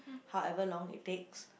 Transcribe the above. however long it takes